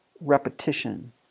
repetition